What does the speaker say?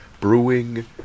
Brewing